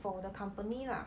for the company lah